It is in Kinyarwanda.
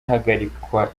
ahagarikwa